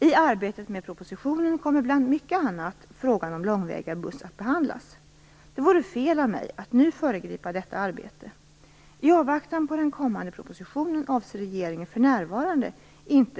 I arbetet med propositionen kommer bland mycket annat frågan om långväga buss att behandlas. Det vore fel av mig att nu föregripa detta arbete.